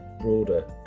broader